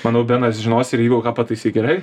manau benas žinos ir jeigu ką pataisyk gerai